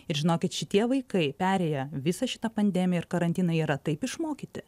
ir žinokit šitie vaikai perėję visą šitą pandemiją ir karantiną yra taip išmokyti